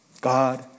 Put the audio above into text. God